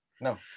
No